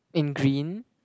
in green